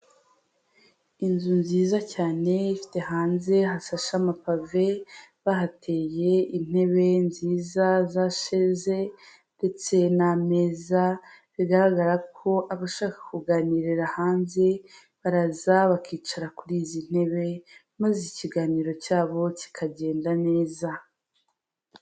Inzu nziza cyane ifite hanze hasashe amapave, bahateye intebe nziza za sheze ndetse n'ameza, bigaragara ko abashaka kuganirira hanze baraza bakicara kuri izi ntebe, maze ikiganiro cyabo kikagenda neza.